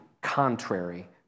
contrary